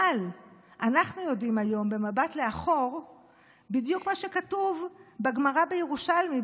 אבל אנחנו יודעים היום במבט לאחור בדיוק מה שכתוב בגמרא בירושלמי,